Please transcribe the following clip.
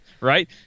Right